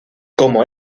como